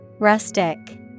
Rustic